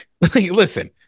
Listen